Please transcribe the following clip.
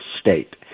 state